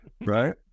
right